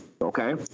okay